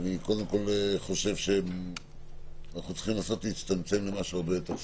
אני חושב שאנחנו צריכים לנסות להצטמצם למשהו הרבה יותר סביר.